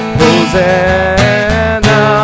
Hosanna